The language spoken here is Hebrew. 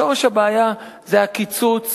שורש הבעיה זה הקיצוץ